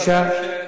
שלושה.